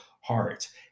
hearts